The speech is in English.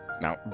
now